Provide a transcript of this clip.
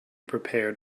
prepared